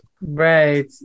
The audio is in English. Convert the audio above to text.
Right